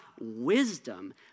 wisdom